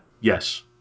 Yes